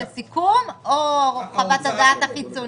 שסוכם או חוות הדעת החיצונית?